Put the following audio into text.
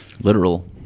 Literal